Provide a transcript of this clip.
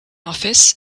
office